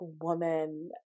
woman